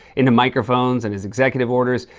into microphones, and his executive orders.